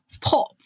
pop